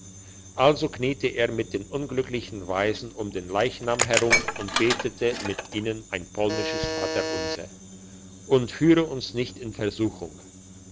also kniete er mit den unglücklichen waisen um den leichnam herum und betete mit ihnen ein polnisches vaterunser und führe uns nicht in versuchung